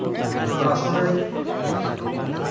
ᱚᱱᱟ ᱨᱟᱥᱴᱨᱚᱨᱮ